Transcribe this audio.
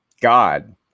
God